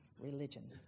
religion